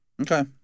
Okay